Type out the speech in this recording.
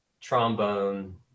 trombone